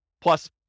plus